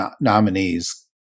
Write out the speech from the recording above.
nominees